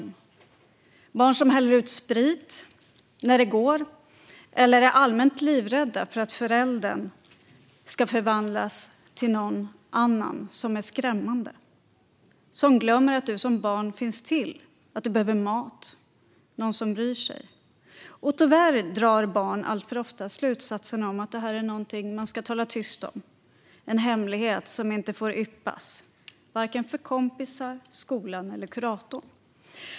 Det är barn som häller ut sprit när det går eller som är allmänt livrädda för att föräldern ska förvandlas till någon annan som är skrämmande och som glömmer att de som barn finns till och att de behöver mat och någon som bryr sig. Och tyvärr drar barn alltför ofta slutsatsen att det är något som man ska tala tyst om, en hemlighet som inte får yppas, vare sig för kompisar, skolan eller kurator.